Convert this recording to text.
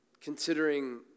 considering